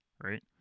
right